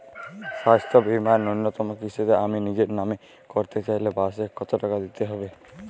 স্বাস্থ্য বীমার ন্যুনতম কিস্তিতে আমি নিজের নামে করতে চাইলে বার্ষিক কত টাকা দিতে হবে?